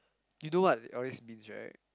you know what it always means right